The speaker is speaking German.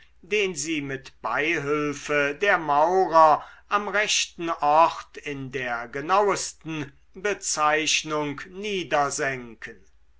den sie mit beihülfe der maurer am rechten ort in der genauesten bezeichnung